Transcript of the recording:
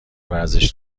ورزش